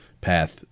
path